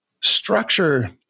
structure